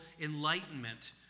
enlightenment